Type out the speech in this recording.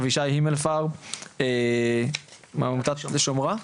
אבישי הימלפרב מעמותת לשומרה,